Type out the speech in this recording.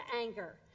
anger